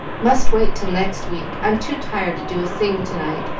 must wait till next week. i'm too tired to do a thing to-night,